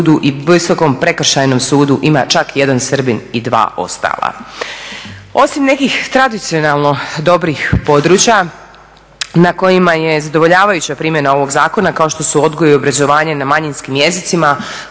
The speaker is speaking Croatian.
i Visokom prekršajnom sudu ima čak 1 Srbin i 2 ostala. Osim nekih tradicionalno dobrih područja na kojima je zadovoljavajuća primjena ovog zakona, kao što su odgoj i obrazovanje na manjinskim jezicima,